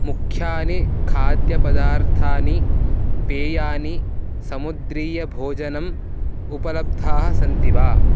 मुख्यानि खाद्यपदार्थानि पेयानि समुद्रीयभोजनम् उपलब्धाः सन्ति वा